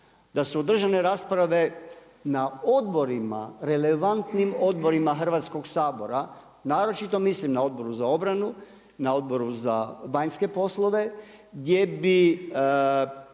da su održane rasprave na odborima, relevantnim odborima Hrvatskog sabora, naročito mislim na Odboru za obranu, na Odboru za vanjske poslove, gdje bi